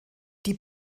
die